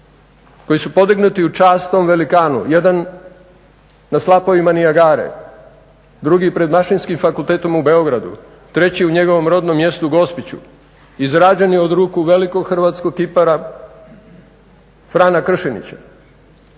koji su podignuti u čast tom velikanu, jedan na slapovima Niagare, drugi pred fakultetom u Beogradu, treći u njegovom rodnom mjestu Gospiću izrađeni od ruku velikog hrvatskog kipara Frana Kršinića